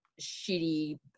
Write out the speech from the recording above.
shitty